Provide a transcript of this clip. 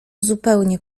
zupełnie